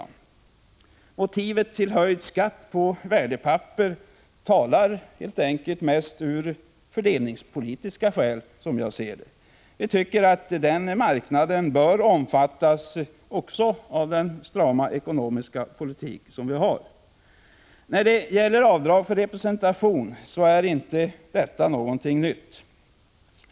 Som jag ser det, skall motivet till höjd skatt på värdepapper främst ses med utgångspunkt i fördelningspolitiska skäl. Vi tycker att också aktiemarknaden bör omfattas av den strama ekonomiska politik som vi för. När det gäller avdrag för representation, är det förslag som nu föreligger inte någonting nytt.